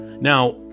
Now